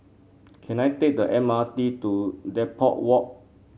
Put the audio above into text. can I take the M R T to Depot Walk